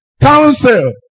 counsel